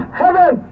heaven